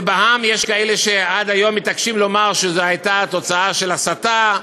ובעם יש כאלה שעד היום מתעקשים לומר שזו הייתה תוצאה של הסתה,